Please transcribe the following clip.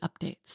updates